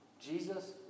Jesus